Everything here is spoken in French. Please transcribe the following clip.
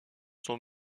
son